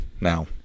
now